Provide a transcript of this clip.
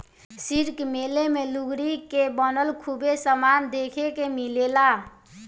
शिल्प मेला मे लुगरी के बनल खूबे समान देखे के मिलेला